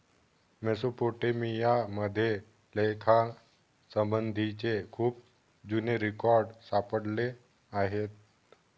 Mesopotamia मध्ये लेखासंबंधीचे खूप जुने रेकॉर्ड सापडले आहेत